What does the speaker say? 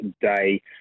day